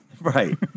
right